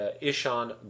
Ishan